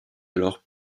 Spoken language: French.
alors